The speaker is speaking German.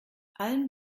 allen